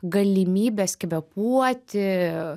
galimybės kvėpuoti